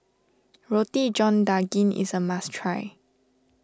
Roti John Daging is a must try